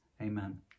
Amen